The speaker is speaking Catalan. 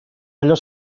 allò